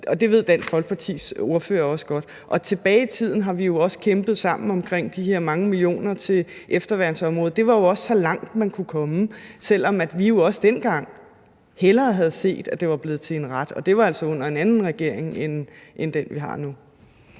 det ved Dansk Folkepartis ordfører også godt. Tilbage i tiden har vi jo også kæmpet sammen for de her mange millioner til efterværnsområdet, og vi kom så langt, man kunne komme, selv om vi jo også dengang hellere havde set, at det var blevet til en ret – og det var altså under en anden regering end den, vi har nu.